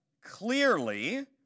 clearly